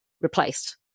replaced